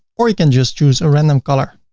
or you can just choose a random color.